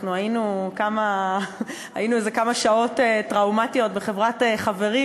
אנחנו היינו איזה כמה שעות טראומטיות בחברת חברים,